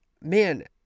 man